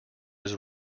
his